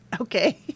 Okay